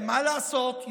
מה לעשות,